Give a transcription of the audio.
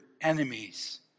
enemies